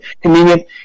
convenient